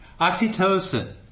Oxytocin